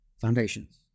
Foundations